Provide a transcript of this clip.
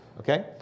Okay